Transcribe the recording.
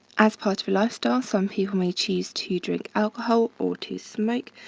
as part of a lifestyle, some people may choose to drink alcohol or to smoke.